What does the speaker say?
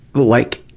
like,